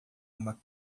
uma